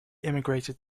immigrated